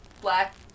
Black